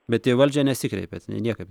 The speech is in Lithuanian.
bet į valdžią nesikreipėt ne niekaip